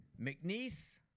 McNeese